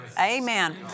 Amen